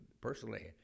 personally